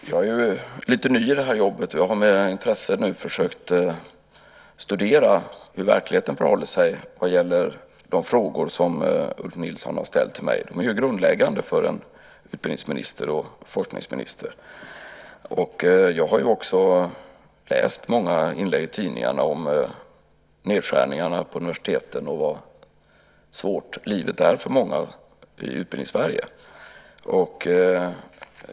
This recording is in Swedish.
Herr talman! Jag är ny i det här jobbet, och jag har med intresse försökt att studera hur verkligheten förhåller sig när det gäller de frågor som Ulf Nilsson har ställt till mig. De är ju grundläggande för en utbildnings och forskningsminister. Jag har också läst många inlägg i tidningarna om nedskärningarna på universiteten och om hur svårt livet är för många i Utbildnings-Sverige.